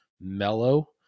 mellow